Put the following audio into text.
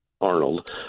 arnold